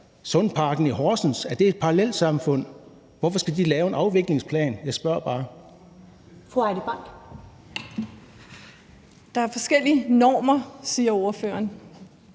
Sundparken i Horsens et parallelsamfund? Hvorfor skal de lave en afviklingsplan? Jeg spørger bare. Kl. 19:10 Første næstformand